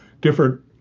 different